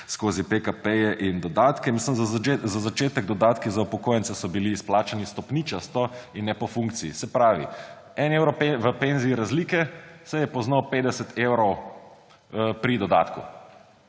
skozi PKP-je in dodatke. Za začetek: dodatki za upokojence so bili izplačani stopničasto in ne po funkciji. Se pravi, 1 evro v penziji razlike se je poznal 50 evrov pri dodatku.